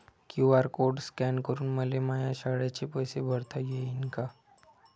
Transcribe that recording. QR code scan करून मले माया शाळेचे पैसे भरता येईन का?